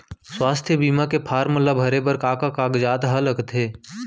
स्वास्थ्य बीमा के फॉर्म ल भरे बर का का कागजात ह लगथे?